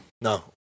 No